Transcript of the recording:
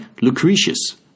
Lucretius